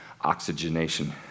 oxygenation